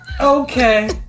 Okay